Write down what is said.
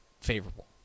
favorable